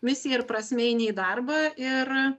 misija ir prasme eini į darbą ir